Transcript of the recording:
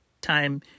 time